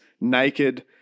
naked